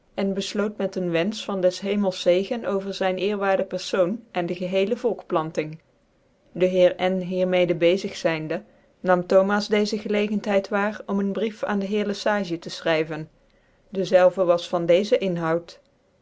cn bcfloot met een wenfeh van des hemels zegen over zyn ed perfoon en dc gchccle volkplanting de heer n hier mede bezig zynde nam thomas dccze gclcegcnthcid waar om een brief aan de heer le sage tc fchryven dezelve was van dezen inhoud